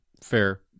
fair